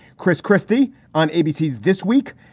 chris christie on abc this week.